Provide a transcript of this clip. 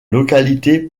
localité